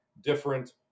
different